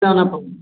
क्या